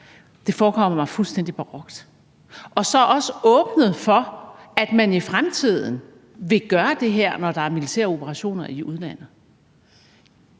Det forekommer mig fuldstændig barokt, og man har så også åbnet for, at man i fremtiden vil gøre det her, når der er militære operationer i udlandet.